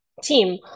team